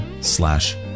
slash